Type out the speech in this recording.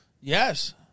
Yes